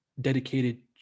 dedicated